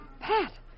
Pat